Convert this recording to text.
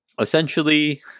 essentially